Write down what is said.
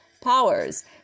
powers